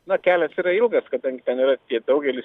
na kelias yra ilgas kadangi ten yra tie daugelis